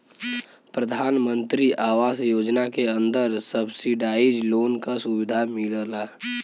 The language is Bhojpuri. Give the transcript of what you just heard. प्रधानमंत्री आवास योजना के अंदर सब्सिडाइज लोन क सुविधा मिलला